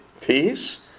peace